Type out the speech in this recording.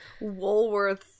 Woolworths